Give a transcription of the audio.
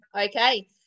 Okay